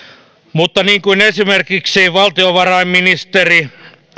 mutta niin kuin esimerkiksi valtiovarainministeri